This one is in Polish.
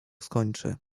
skończy